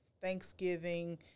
Thanksgiving